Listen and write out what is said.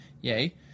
yay